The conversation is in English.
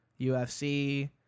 ufc